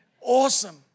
awesome